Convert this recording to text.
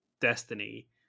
Destiny